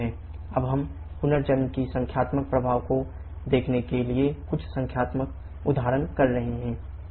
अब हम पुनर्जन्म के संख्यात्मक प्रभाव को देखने के लिए कुछ संख्यात्मक उदाहरण कर रहे हैं